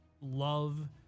love